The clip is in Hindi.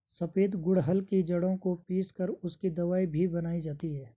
सफेद गुड़हल की जड़ों को पीस कर उसकी दवाई भी बनाई जाती है